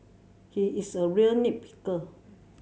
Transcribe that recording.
he is a real nit picker